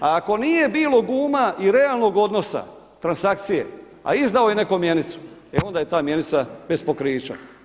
A ako nije bilo guma i realnog odnosa transakcije, a izdao je neko mjenicu, e onda je ta mjenica bez pokrića.